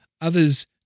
others